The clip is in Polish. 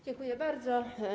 Dziękuję bardzo.